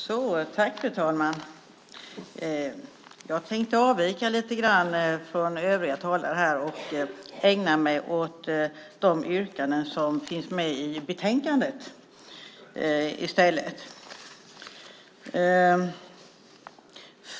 Fru talman! Jag tänkte avvika lite grann från övriga talare och ägna mig åt de yrkanden som finns med i betänkandet i stället.